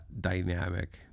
dynamic